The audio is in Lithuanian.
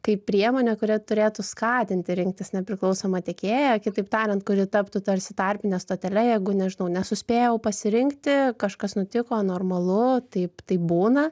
kaip priemonė kuri turėtų skatinti rinktis nepriklausomą tiekėją kitaip tariant kuri taptų tarsi tarpine stotele jeigu nežinau nesuspėjau pasirinkti kažkas nutiko normalu taip taip būna